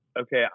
okay